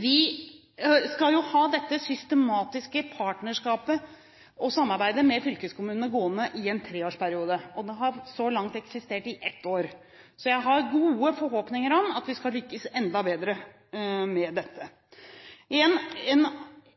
Vi skal ha dette systematiske partnerskapet og samarbeidet med fylkeskommunene gående i en treårsperiode, og det har så langt eksistert i ett år. Jeg har gode forhåpninger om at vi skal lykkes enda bedre med dette.